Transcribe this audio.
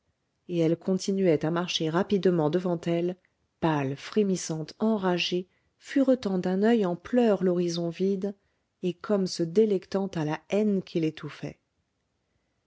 et elle continuait à marcher rapidement devant elle pâle frémissante enragée furetant d'un oeil en pleurs l'horizon vide et comme se délectant à la haine qui l'étouffait